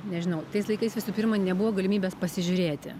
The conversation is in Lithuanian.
nežinau tais laikais visų pirma nebuvo galimybės pasižiūrėti